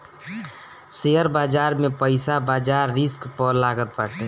share बाजार में पईसा बाजार रिस्क पअ लागत बाटे